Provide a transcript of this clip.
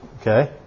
okay